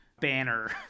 banner